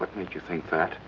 what makes you think that